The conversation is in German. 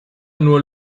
nur